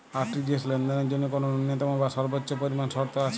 RTGS লেনদেনের জন্য কোন ন্যূনতম বা সর্বোচ্চ পরিমাণ শর্ত আছে?